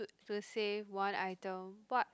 to save one item what